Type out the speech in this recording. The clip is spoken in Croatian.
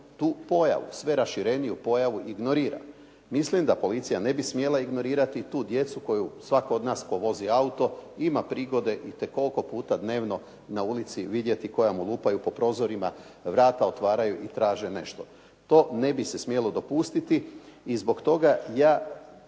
tu pojavu, sve rašireniju pojavu ignorira. Mislim da policija ne bi smjela ignorirati tu djecu koju svatko od nas tko vozi auto ima prigode itekoliko puta dnevno na ulici vidjeti koja mu lupaju po prozorima, vrata otvaraju i traže nešto. To ne bi se smjelo dopustiti i zbog toga ja